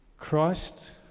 Christ